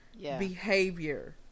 behavior